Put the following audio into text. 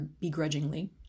begrudgingly